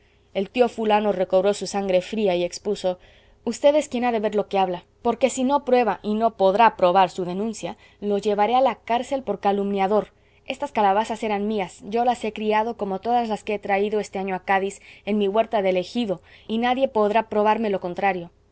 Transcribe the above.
el tío fulano recobró su sangre fría y expuso usted es quien ha de ver lo que habla porque si no prueba y no podrá probar su denuncia lo llevaré a la cárcel por calumniador estas calabazas eran mías yo las he criado como todas las que he traído este año a cádiz en mi huerta del egido y nadie podrá probarme lo contrario